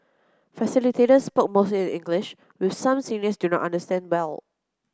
facilitators speak mostly in English which some seniors do not understand well